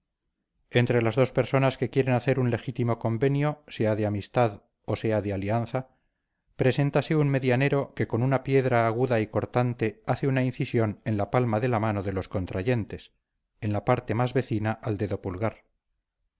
entre las dos personas que quieren hacer un legítimo convenio sea de amistad o sea de alianza preséntase un medianero que con una piedra aguda y cortante hace una incisión en la palma de la mano de los contrayentes en la parte más vecina al dedo pulgar